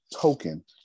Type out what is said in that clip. token